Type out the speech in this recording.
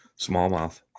smallmouth